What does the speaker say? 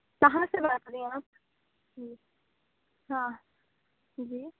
کہاں سے بات کر رہی ہیں آپ جی ہاں جی